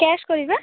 cash କରିବା